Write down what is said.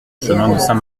saint